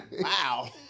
wow